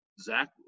Zach